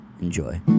Enjoy